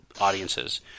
audiences